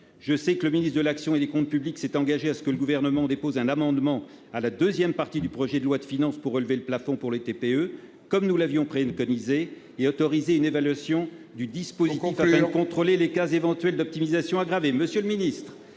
Je sais que le ministre de l'action et des comptes publics s'est engagé à ce que le Gouvernement dépose un amendement à la seconde partie du projet de loi de finances tendant à relever le plafond pour les TPE, comme nous l'avions préconisé, et à autoriser une évaluation du dispositif, ... Il faut conclure ! ...afin de détecter les cas éventuels d'« optimisation aggravée